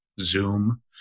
Zoom